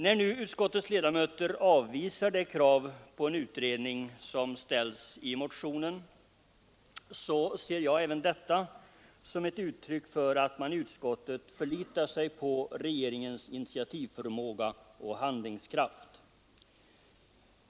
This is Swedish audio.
När nu utskottets ledamöter avvisar det krav på en utredning som ställts i motionen, ser jag även detta som ett uttryck för att man i utskottet förlitar sig på regeringens initiativförmåga och handlingskraft.